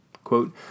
quote